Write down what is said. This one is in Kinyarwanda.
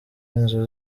inzu